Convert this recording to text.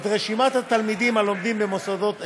את רשימת התלמידים הלומדים במוסדות אלה,